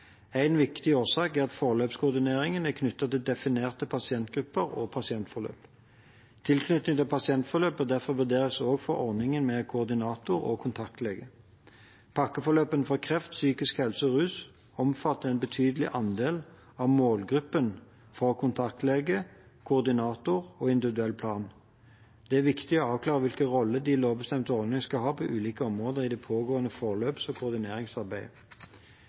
En viktig årsak er at forløpskoordinatorordningen er knyttet til definerte pasientgrupper og pasientforløp. Tilknytning til pasientforløp bør derfor vurderes også for ordningene med koordinator og kontaktlege. Pakkeforløpene for kreft, psykisk helse og rus omfatter en betydelig andel av målgruppen for kontaktlege, koordinator og individuell plan. Det er viktig å avklare hvilken rolle de lovbestemte ordningene skal ha på ulike områder i det pågående forløps- og koordineringsarbeidet.